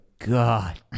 God